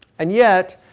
and yet,